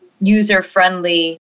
user-friendly